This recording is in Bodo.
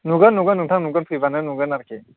नुगोन नुगोन नोंथां नुगोन फैबानो नुगोन आरोखि